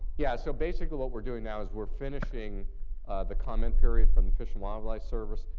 yeah, so basically what we're doing now is we're finishing the comment period from the fish and wildlife service.